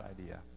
idea